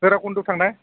भैराबकन्द थांनाय